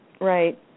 right